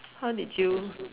how did you